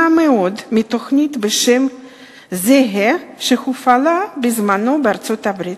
מאוד מתוכנית בשם זהה שהופעלה בזמנו בארצות-הברית.